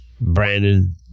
Brandon